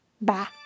Bye